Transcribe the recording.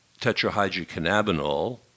tetrahydrocannabinol